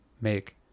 make